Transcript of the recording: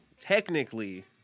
technically